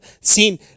sin